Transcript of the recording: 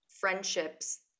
friendships